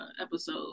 episode